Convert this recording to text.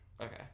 okay